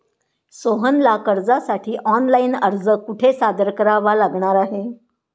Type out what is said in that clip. सोहनला कर्जासाठी ऑनलाइन अर्ज कुठे सादर करावा लागणार आहे?